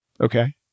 Okay